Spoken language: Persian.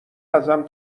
ازم